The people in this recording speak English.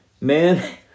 Man